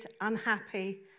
unhappy